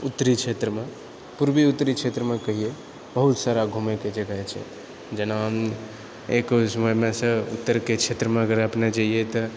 उत्तरी क्षेत्रमे पूर्वी उत्तरी क्षेत्रमे कहिऐ बहुत सारा घुमएके जगह छै जेना एक ओहिमेसँ उत्तरके क्षेत्रमे अगर अपने जाइऐ तऽ